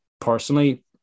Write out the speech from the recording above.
personally